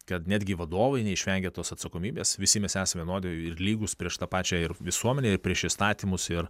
kad netgi vadovai neišvengė tos atsakomybės visi mes esam vienodi ir lygūs prieš tą pačią ir visuomenę ir prieš įstatymus ir